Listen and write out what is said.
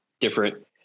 different